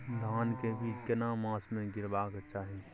धान के बीज केना मास में गीरावक चाही?